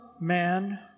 man